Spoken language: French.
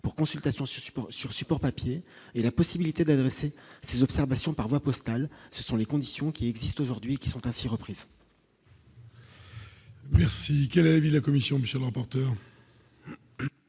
pour consultation suspens sur support papier et la possibilité d'adresser ses observations par voie postale, ce sont les conditions qui existent aujourd'hui, qui sont ainsi reprises. Merci quel avis la commission passionnant porteur.